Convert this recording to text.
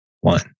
one